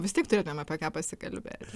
vis tiek turėtumėm apie ką pasikalbėti